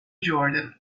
jordan